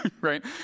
right